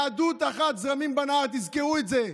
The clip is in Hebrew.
יהדות אחת, זרמים בנהר, תזכרו את זה.